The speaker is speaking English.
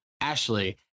Ashley